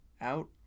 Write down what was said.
out